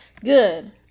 good